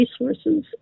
resources